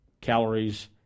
calories